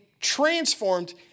transformed